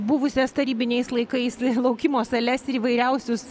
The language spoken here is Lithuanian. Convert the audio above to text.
buvusias tarybiniais laikais laukimo sales ir įvairiausius